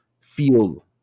feel